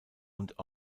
und